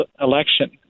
election